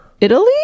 Italy